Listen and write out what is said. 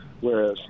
whereas